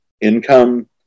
income